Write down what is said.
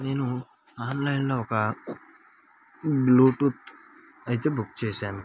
నేను ఆన్లైన్లో ఒక బ్లూటూత్ అయితే బుక్ చేశాను